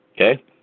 Okay